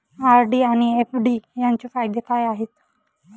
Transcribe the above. RD आणि FD यांचे फायदे काय आहेत?